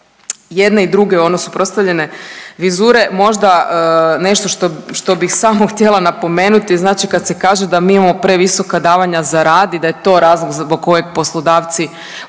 jedne i druge ono suprotstavljene vizure možda nešto bih samo htjela napomenuti, znači kad se kaže da mi imamo previsoka davanja za rad i da je to razlog zbog kojeg poslodavci